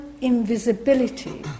invisibility